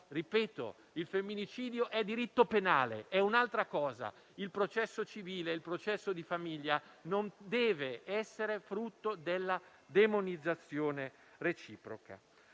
ripeto: il femminicidio è diritto penale, è un'altra cosa; il processo civile e il processo di famiglia non devono essere frutto della demonizzazione reciproca.